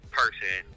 person